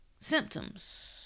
Symptoms